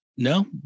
No